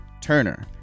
Turner